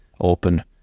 open